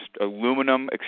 aluminum